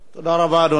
תודה רבה, אדוני.